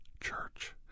church